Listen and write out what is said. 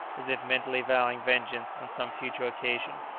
as if mentally vowing vengeance on some future occasion.